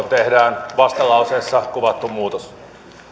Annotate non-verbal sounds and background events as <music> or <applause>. <unintelligible> tehdään vastalauseessa kaksi kuvattu muutos